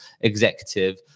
executive